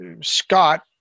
scott